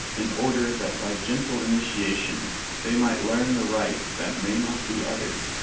in order that by gentle initiation they might learn the rites that may not be uttered,